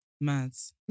Mads